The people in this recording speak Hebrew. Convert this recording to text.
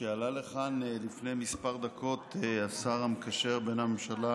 כשעלה לכאן לפני כמה דקות השר המקשר בין הממשלה